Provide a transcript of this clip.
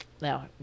Now